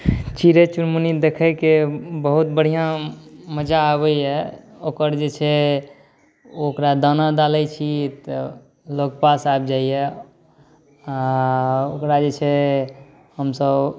चिड़ै चुनमुनि देखैके बहुत बढ़िऑं मजा आबैया ओकर जे छै ओ ओकरा दाना डालै छी तऽ लग पास आबि जाइया आ ओकरा जे छै हमसभ